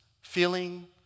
feeling